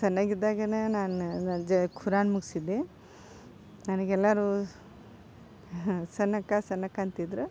ಸಣ್ಣಗಿದ್ದಾಗೇ ನಾನು ಖುರಾನ್ ಮುಗಿಸಿದ್ದೆ ನನಗೆಲ್ಲರೂ ಸಣ್ಣಕ್ಕ ಸಣ್ಣಕ್ಕ ಅಂತಿದ್ರು